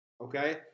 Okay